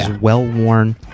well-worn